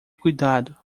cuidado